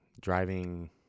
driving